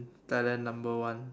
Thailand number one